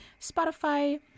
Spotify